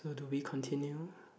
where do we continue